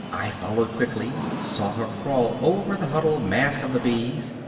i followed quickly, saw her crawl over the huddled mass of the bees,